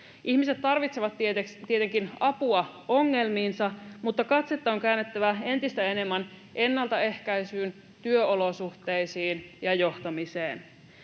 Ihmiset tarvitsevat tietenkin apua ongelmiinsa, mutta katsetta on käännettävä entistä enemmän ennaltaehkäisyyn, työolosuhteisiin ja johtamiseen.